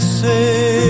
say